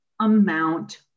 amount